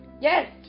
yes